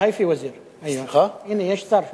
הנה, יש שר שם.